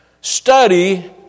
Study